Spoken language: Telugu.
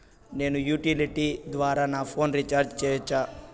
నేను యుటిలిటీ ద్వారా నా ఫోను రీచార్జి సేయొచ్చా?